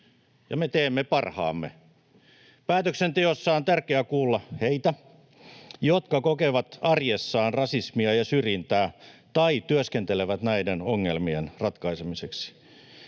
ja me teemme parhaamme. Päätöksenteossa on tärkeää kuulla heitä, jotka kokevat arjessaan rasismia ja syrjintää tai työskentelevät näiden ongelmien ratkaisemiseksi.